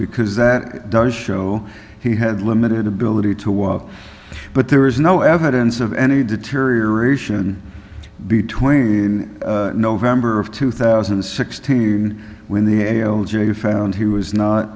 because that does show he had limited ability to walk but there is no evidence of any deterioration between november of two thousand and sixteen when the found he was not